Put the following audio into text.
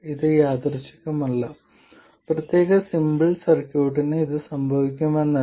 ഇത് യാദൃശ്ചികമല്ല പ്രത്യേക സിമ്പിൾ സർക്യൂട്ടിന് ഇത് സംഭവിക്കുമെന്നല്ല